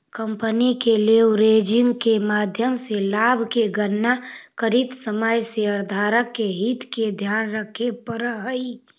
company के leveraging के माध्यम से लाभ के गणना करित समय शेयरधारक के हित के ध्यान रखे पड़ऽ हई